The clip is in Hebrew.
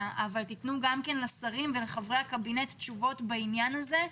ותתנו גם לשרים ולחברי הקבינט תשובות בעניין הזה,